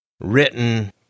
written